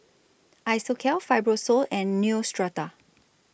Isocal Fibrosol and Neostrata